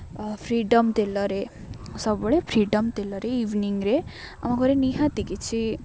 freedom ତେଲରେ ସବୁବେଳେ freedom ତେଲରେ ଇଭିନିଂରେ ଆମ ଘରେ ନିହାତି କିଛି